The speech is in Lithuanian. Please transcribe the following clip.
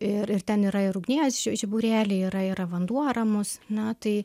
ir ir ten yra ir ugnies ži žiburėliai yra ir vanduo ramus na tai